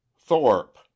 Thorpe